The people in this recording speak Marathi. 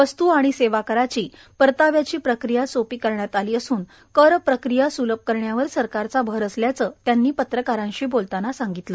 वस्तू आणि सेवा कराची परताव्याची प्रक्रिया सोपी करण्यात आली असून कर प्रक्रिया सुलभ करण्यावर सरकारचा भर असल्याचं त्यांनी पत्रकारांशी बोलताना सांगितलं